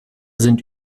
sind